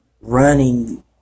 running